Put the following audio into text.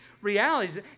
realities